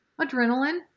Adrenaline